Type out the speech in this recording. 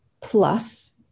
plus